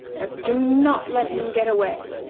but do not let him get away.